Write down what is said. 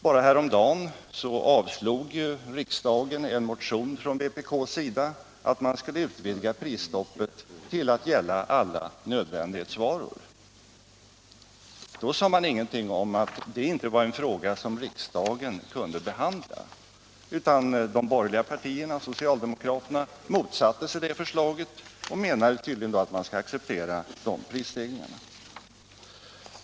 Bara häromdagen avslog ju riksdagen en motion från vpk om att man skulle utvidga prisstoppet till att gälla alla nödvändighetsvaror. Då sade man ingenting om att det var en fråga som riksdagen inte kunde behandla, utan de borgerliga partierna och socialdemokraterna motsatte sig förslaget av andra skäl och menade tydligen att man skall acceptera de prisstegringar det gällde.